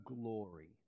glory